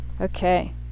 okay